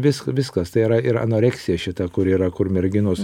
visk viskas tai yra ir anoreksija šita kur yra kur merginos